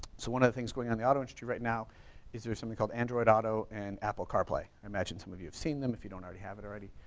so one of the things going on in the auto industry right now is there's something called android auto and apple carplay, i imagine some of you have seen them if you don't already have it already.